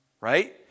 Right